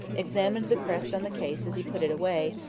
examined the crest on the case as he put it away,